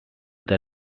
this